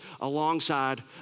alongside